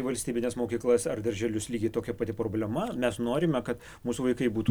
į valstybines mokyklas ar darželius lygiai tokia pati problema mes norime kad mūsų vaikai būtų